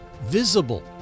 visible